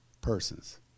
persons